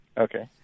Okay